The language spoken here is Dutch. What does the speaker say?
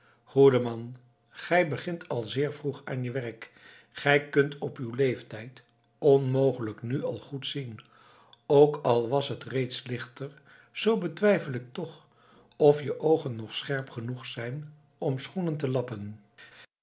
goede man gij begint al zeer vroeg aan je werk gij kunt op uw leeftijd onmogelijk nu al goed zien ook al was het reeds lichter zoo betwijfel ik toch of je oogen nog scherp genoeg zijn om schoenen te lappen